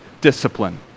discipline